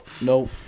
no